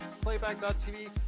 playback.tv